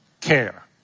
care